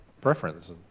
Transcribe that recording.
preference